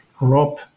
rob